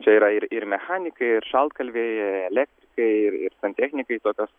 čia yra ir ir mechanikai ir šaltkalviai ir elektrikai ir santechnikai tokios